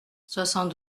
soixante